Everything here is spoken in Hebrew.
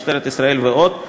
משטרת ישראל ועוד,